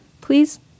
Please